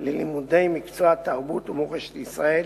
ללימודי מקצוע תרבות ומורשת ישראל.